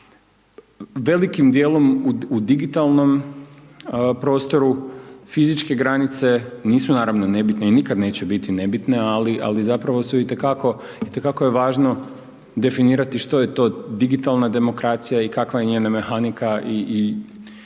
velikim dijelom u digitalnom prostoru fizičke granice nisu naravno nebitne i nikad neće biti nebitne ali zapravo su i te kako, i te kako je važno definirati što je to digitalna demokracija i kakva je njena mehanika i što